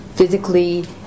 physically